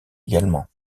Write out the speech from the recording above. également